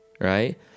Right